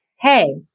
Hey